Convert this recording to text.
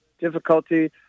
difficulty